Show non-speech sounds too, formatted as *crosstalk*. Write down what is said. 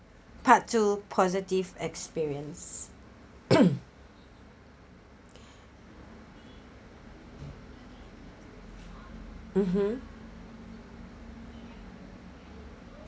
part two positive experience *coughs* *breath* mmhmm